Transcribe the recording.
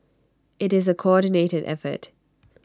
IT is A coordinated effort